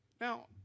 Now